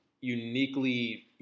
uniquely